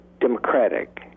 democratic